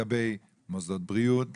לגבי מוסדות בריאות,